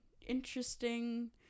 interesting